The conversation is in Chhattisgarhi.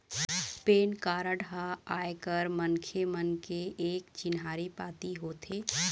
पेन कारड ह आयकर मनखे मन के एक चिन्हारी पाती होथे